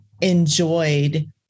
enjoyed